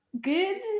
good